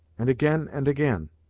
and again and again.